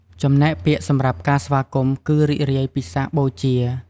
ចំណែកពាក្យសម្រាប់ការសា្វគមន៍គឺ រីករាយពិសាខបូជា។